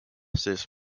says